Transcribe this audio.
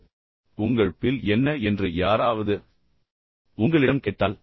எனவே உங்கள் பில் என்ன என்று யாராவது உங்களிடம் கேட்டால்